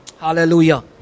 hallelujah